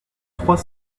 trois